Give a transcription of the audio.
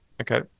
okay